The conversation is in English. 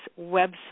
website